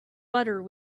butter